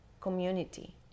community